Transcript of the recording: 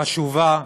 חשובה,